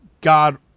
god